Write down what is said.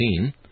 18